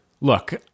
Look